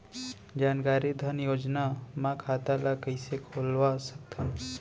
जानकारी धन योजना म खाता ल कइसे खोलवा सकथन?